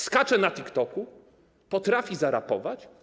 Skacze na TikToku, potrafi zarapować.